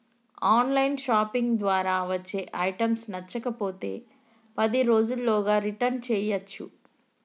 on line shopping ద్వారా వచ్చే items నచ్చకపోతే పది రోజుల్లోగా రిటర్న్ చేయ్యచ్చు